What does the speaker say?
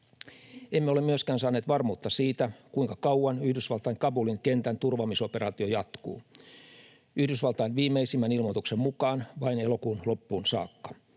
Emme ole myöskään saaneet varmuutta siitä, kuinka kauan Yhdysvaltain Kabulin kentän turvaamisoperaatio jatkuu. Yhdysvaltain viimeisimmän ilmoituksen mukaan se jatkuu vain elokuun loppuun saakka